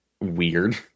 Weird